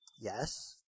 Yes